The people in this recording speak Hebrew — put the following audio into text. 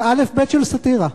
זה אלף-בית של סאטירה.